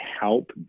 help